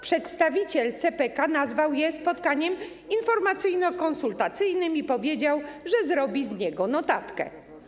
Przedstawiciel CPK nazwał je spotkaniem informacyjno-konsultacyjnym i powiedział, że zrobi z niego notatkę.